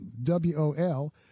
WOL